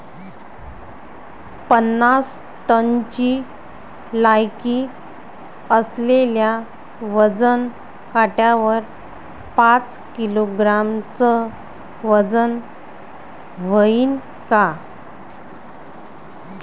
पन्नास टनची लायकी असलेल्या वजन काट्यावर पाच किलोग्रॅमचं वजन व्हईन का?